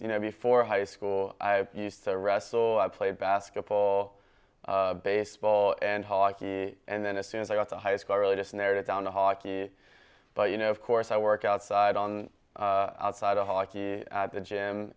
you know before high school i used to wrestle i played basketball baseball and hockey and then as soon as i got to high school i really just narrowed it down to hockey but you know of course i work outside on outside of hockey at the gym